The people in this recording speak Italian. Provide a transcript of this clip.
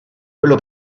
quello